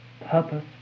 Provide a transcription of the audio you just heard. purpose